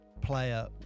player